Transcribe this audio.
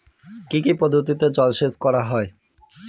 কি কি পদ্ধতিতে জলসেচ করা হয়?